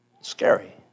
Scary